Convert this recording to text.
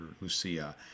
Lucia